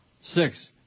six